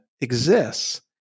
exists